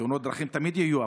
תאונות דרכים תמיד יהיו,